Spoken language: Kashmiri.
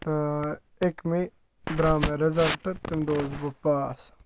تہٕ أکہِ مہِ درٛاو مےٚ رِزَلٹ تَمہِ دۄہ گوٚوُس بہٕ پاس